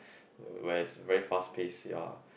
where is very fast pace ya